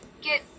get